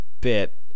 bit